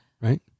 Right